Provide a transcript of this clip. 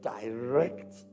direct